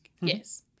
Yes